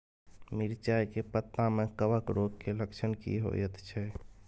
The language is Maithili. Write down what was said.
मिर्चाय के पत्ता में कवक रोग के लक्षण की होयत छै?